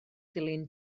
dilyn